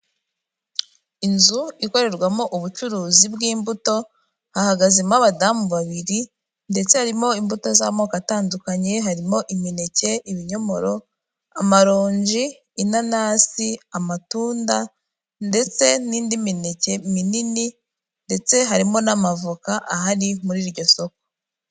Inzu ikorerwamo ubucuruzi bw'imbuto, hahagazemo abadamu babiri ndetse harimo imbuto z'amoko atandukanye harimo imineke, ibinyomoro, amaronji, inanasi, amatunda, ndetse n'indi mineke minini, ndetse harimo n'amavoka ahari muri iryo soko.